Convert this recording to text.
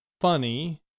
funny